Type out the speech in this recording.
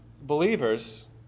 believers